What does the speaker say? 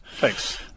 Thanks